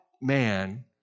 man